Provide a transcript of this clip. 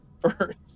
first